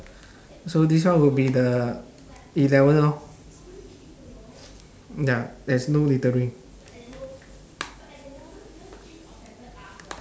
so this one will be the eleven lor ya there's no littering